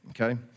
okay